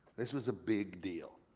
this was a big deal.